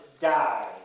die